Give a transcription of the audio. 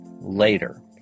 later